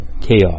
chaos